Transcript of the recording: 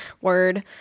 Word